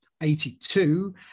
82